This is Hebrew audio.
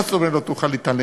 מה זאת אומרת לא תוכל להתעלם?